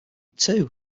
too